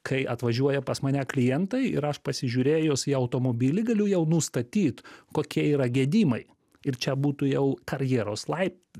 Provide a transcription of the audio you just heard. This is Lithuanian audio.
kai atvažiuoja pas mane klientai ir aš pasižiūrėjus į automobilį galiu jau nustatyt kokie yra gedimai ir čia būtų jau karjeros laip